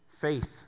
Faith